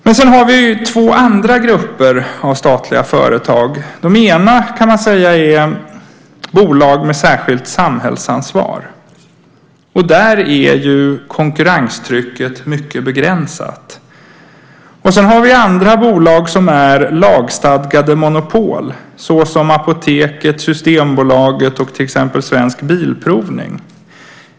Men vi har också två andra grupper av statliga företag. Den ena kan man säga är bolag med särskilt samhällsansvar, och där är konkurrenstrycket mycket begränsat. Sedan har vi bolag som är lagstadgade monopol såsom Apoteket, Systembolaget och Svensk Bilprovning.